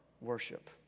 worship